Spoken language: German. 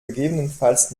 gegebenenfalls